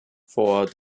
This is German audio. vor